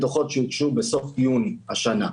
אלה דוחות שהוגשו בסוף יוני השנה.